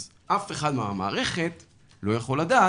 אז אף אחד מהמערכת לא יכול לדעת